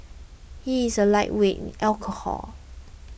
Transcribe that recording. he is a lightweight in alcohol